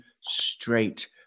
straight